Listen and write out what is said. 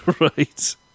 Right